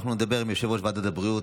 אנחנו נדבר עם יושב-ראש ועדת הבריאות,